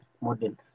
model